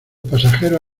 pasajeros